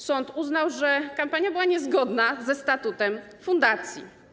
Sąd uznał, że kampania była niezgodna ze statutem fundacji.